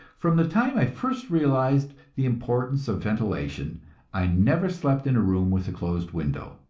from the time i first realized the importance of ventilation i never slept in a room with a closed window.